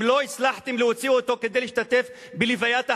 אם לא הצלחתם להוציא אותו כדי להשתתף בלוויית אחיו,